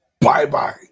bye-bye